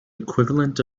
equivalent